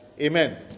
Amen